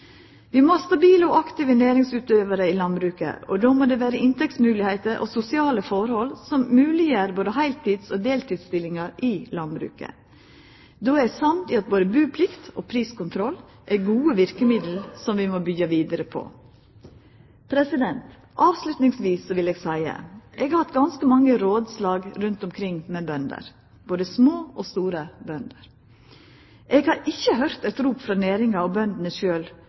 Vi må ha stabile og aktive næringsutøvarar i landbruket, og då må det vera inntektsmoglegheiter og sosiale forhold som gjer både heiltids- og deltidsstillingar i landbruket mogleg. Då er eg samd i at både buplikt og priskontroll er gode verkemiddel som vi må byggja vidare på. Til slutt vil eg seia: Eg har hatt ganske mange rådslag rundt omkring med bønder, både små og store bønder. Eg har ikkje høyrt eit rop frå næringa og bøndene